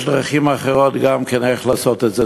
יש דרכים אחרות, גם כן, לעשות את זה.